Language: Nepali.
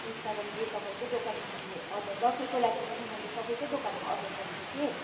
त्यसकारणले तपाईँकै दोकानमा अर्डर दसैँको लागि पनि मैले तपाईँकै दोकानमा अर्डर गरेको थिएँ